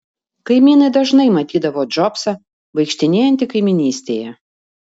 kaimynai dažnai matydavo džobsą vaikštinėjantį kaimynystėje